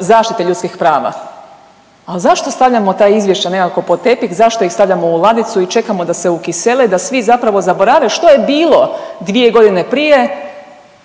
zaštite ljudskih prava. Ali zašto stavljamo ta izvješća nekako pod tepih, zašto ih stavljamo u ladicu i čekamo da se ukisele i da svi zapravo zaborave što je bilo 2 godine prije,